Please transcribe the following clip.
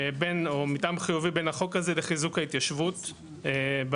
בין או מתאם חיובי בין החוק הזה לחיזוק ההתיישבות באזורים,